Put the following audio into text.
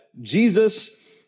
Jesus